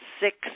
six